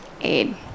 aid